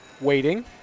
waiting